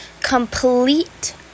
complete